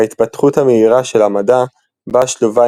ההתפתחות המהירה של המדע באה שלובה